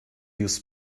use